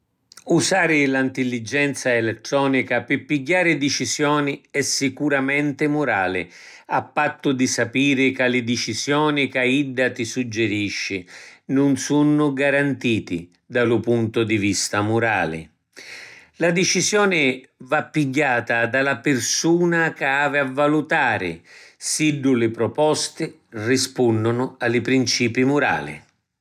Usari la ntilligenza elettronica pi pigghiari dicisioni è sicuramenti murali a pattu di sapiri ca li dicisioni ca idda ti suggirisci nun sunnu garantiti da lu puntu di vista murali. La dicisioni va pigghiata da la pirsuna ca avi a valutari siddu li proposti rispunnunu a li principi murali.